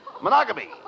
monogamy